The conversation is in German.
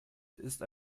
ist